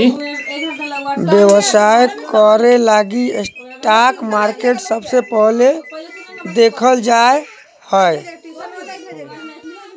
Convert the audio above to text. व्यवसाय करे लगी स्टाक मार्केट सबसे पहले देखल जा हय